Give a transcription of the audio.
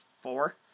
four